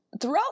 throughout